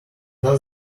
does